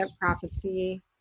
prophecy